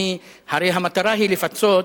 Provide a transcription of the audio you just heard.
הרי המטרה היא לפצות